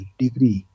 degree